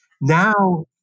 now